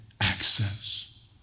access